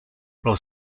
pro